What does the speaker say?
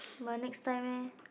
but next time leh